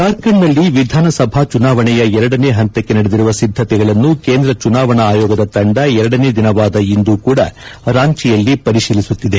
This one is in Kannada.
ಜಾರ್ಖಂಡ್ನಲ್ಲಿ ವಿಧಾನಸಭಾ ಚುನಾವಣೆಯ ಎರಡನೇ ಹಂತಕ್ಕೆ ನಡೆದಿರುವ ಸಿದ್ದತೆಗಳನ್ನು ಕೇಂದ್ರ ಚುನಾವಣಾ ಆಯೋಗದ ತಂಡ ಎರಡನೇ ದಿನವಾದ ಇಂದೂ ಕೂಡ ರಾಂಚೆಯಲ್ಲಿ ಪರಿಶೀಲಿಸುತ್ತಿದೆ